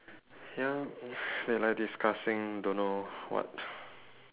ya they like discussing don't know what